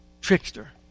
trickster